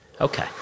Okay